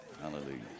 Hallelujah